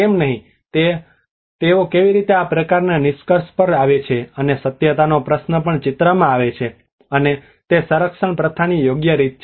કેમ નહીં કે તેઓ કેવી રીતે આ પ્રકારના નિષ્કર્ષ પર આવે છે અને સત્યતાનો પ્રશ્ન પણ ચિત્રમાં આવે છે અને તે સંરક્ષણ પ્રથાની યોગ્ય રીત છે